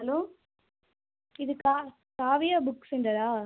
hello இது கா Kavya book சென்டரா